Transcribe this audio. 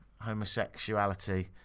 homosexuality